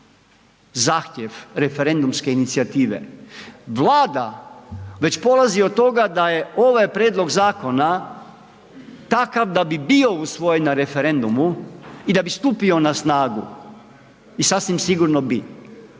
zahtjev referendumske inicijative, Vlada već polazi od toga da je ovaj prijedlog zakona takav da bi bio usvojen na referendumu i da bi stupio na snagu i sasvim sigurno bi